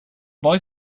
boy